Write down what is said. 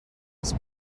als